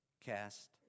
cast